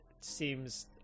seems